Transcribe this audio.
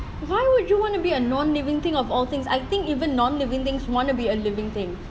why would you want to be a non-living thing of all things I think even non-living things want to be a living thing